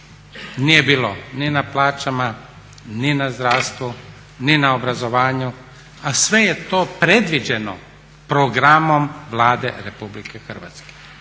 Nije bilo ni na plaćama, ni na zdravstvu, ni na obrazovanju, a sve je to predviđeno programom Vlade RH. Daleko